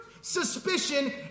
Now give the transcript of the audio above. suspicion